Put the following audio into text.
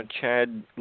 Chad